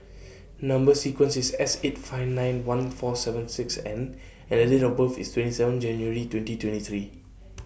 Number sequence IS S eight five nine one four seven six N and Date of birth IS twenty seven January twenty twenty three